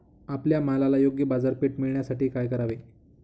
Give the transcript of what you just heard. आपल्या मालाला योग्य बाजारपेठ मिळण्यासाठी काय करावे?